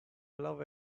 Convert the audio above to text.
love